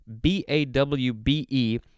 B-A-W-B-E